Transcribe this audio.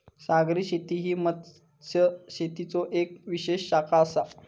सागरी शेती ही मत्स्यशेतीचो येक विशेष शाखा आसा